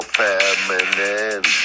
feminine